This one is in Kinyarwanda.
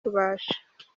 rubasha